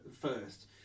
first